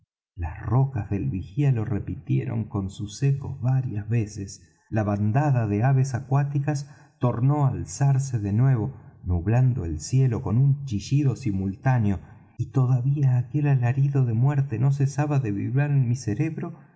las rocas del vigía lo repitieron con sus ecos varias veces la bandada de aves acuáticas tornó á alzarse de nuevo nublando el cielo con un chillido simultáneo y todavía aquel alarido de muerte no cesaba de vibrar en mi cerebro